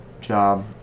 job